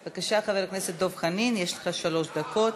בבקשה, חבר הכנסת דב חנין, יש לך שלוש דקות.